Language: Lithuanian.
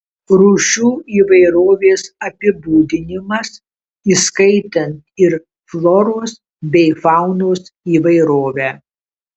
rūšių įvairovės apibūdinimas įskaitant ir floros bei faunos įvairovę